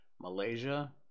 Malaysia